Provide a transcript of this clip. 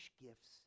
gifts